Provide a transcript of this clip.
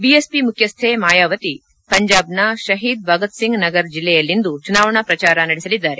BSP ಮುಖ್ಚಿಹ್ನೆ ಮಾಯಾವತಿ ಪಂಜಾಬ್ನ ಶಹೀದ್ ಭಗತ್ ಸಿಂಗ್ ನಗರ್ ಜಿಲ್ಲೆಯಲ್ಲಿಂದು ಚುನಾವಣಾ ಪ್ರಚಾರ ನಡೆಸಲಿದ್ದಾರೆ